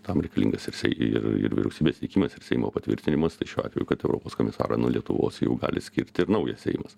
tam reikalingas ir sei ir vyriausybės teikimas ir seimo patvirtinimas tai šiuo atveju kad europos komisarą nuo lietuvos jau gali skirti ir naujas seimas